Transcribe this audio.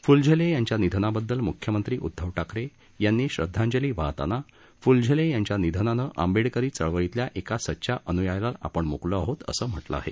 फ्लझेले यांच्या निधनाबददल मुख्यमंत्री उदधव ठाकरे यांनी श्रदधांजली वाहताना फुलझेले यांच्या निधनानं आंबेडकरी चळवळीतल्या एका सच्च्या अन्यायास आपण म्कलो आहोत असं म्हटलं आहे